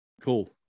Cool